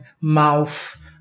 mouth